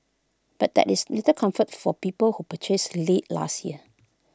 but that is little comfort for people who purchased late last year